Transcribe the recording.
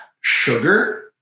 sugar